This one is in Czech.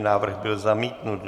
Návrh byl zamítnut.